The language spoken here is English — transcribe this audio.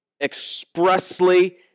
expressly